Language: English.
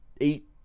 eight